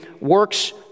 works